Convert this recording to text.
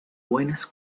buenas